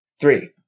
Three